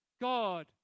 God